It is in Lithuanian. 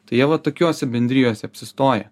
tai jie va tokiose bendrijose apsistoja